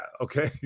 okay